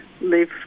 live